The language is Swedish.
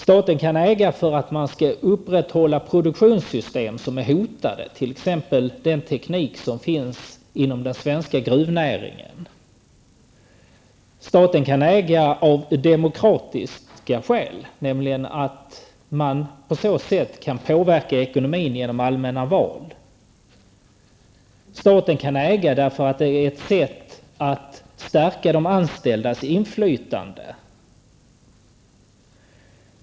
Staten kan äga för att man skall upprätthålla produktionssystem som är hotade, t.ex. den teknik som finns inom den svenska gruvnäringen. Staten kan äga av demokratiska skäl, nämligen för att man på så sätt skall kunna påverka ekonomin vid allmänna val. Staten kan äga därför att det är ett sätt att stärka de anställdas inflytande.